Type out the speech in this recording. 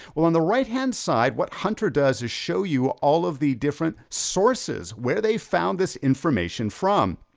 well on the right hand side, what hunter does is show you, all of the different sources, where they found this information from.